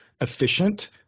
efficient